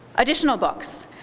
additional books.